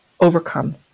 overcome